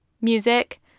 music